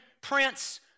Prince